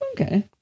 Okay